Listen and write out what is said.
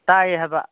ꯇꯥꯏꯌꯦ ꯍꯥꯏꯕ